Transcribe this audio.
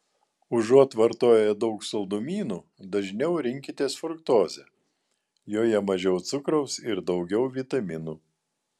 užuot vartoję daug saldumynų dažniau rinkitės fruktozę joje mažiau cukraus ir daugiau vitaminų